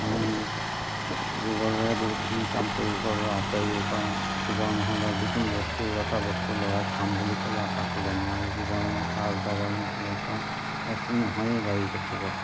আমি গোবৰেৰে বহুতখিনি কাম কৰিব পাৰোঁ আগবাঢ়িব পাৰোঁ গোবৰ নহ'লে যিকোনো বস্তু এটা বস্তু লগাই খাম বুলি ক'লে আশা কৰিব নোৱাৰি গোবৰ সাৰ জাৱৰ নহ'লেতো বস্তু নহয়েই বাৰীত একো বস্তু